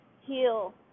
Heal